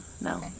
No